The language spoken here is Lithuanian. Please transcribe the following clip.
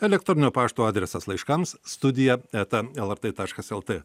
elektroninio pašto adresas laiškams studija eta lrt taškas lt